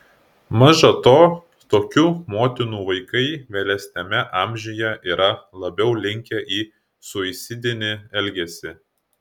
maža to tokių motinų vaikai vėlesniame amžiuje yra labiau linkę į suicidinį elgesį